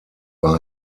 war